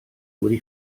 wedi